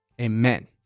Amen